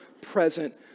present